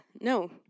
no